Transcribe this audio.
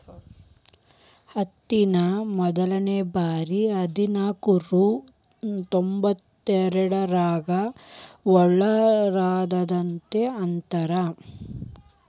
ಹತ್ತಿನ ಮೊದಲಬಾರಿ ಹದನಾಕನೂರಾ ತೊಂಬತ್ತೆರಡರಾಗ ಬೆಳದರಂತ ಅಂತಾರ